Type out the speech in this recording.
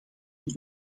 een